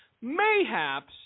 mayhaps